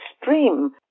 extreme